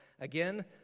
again